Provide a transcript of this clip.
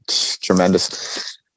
Tremendous